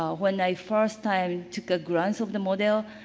um when i first time took a glance of the model,